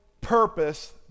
purpose